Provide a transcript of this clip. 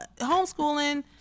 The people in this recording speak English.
homeschooling